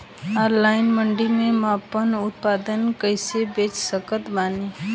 Online mandi मे आपन उत्पादन कैसे बेच सकत बानी?